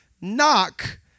Knock